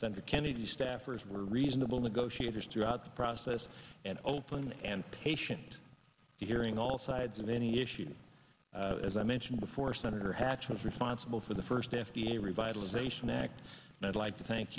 senator kennedy's staffers were reasonable negotiators throughout the process and open and patient hearing all sides of any issues as i mentioned before senator hatch was responsible for the first f d a revitalization act and i'd like to thank